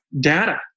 data